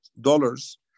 dollars